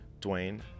Dwayne